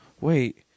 wait